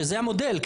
שזה המודל,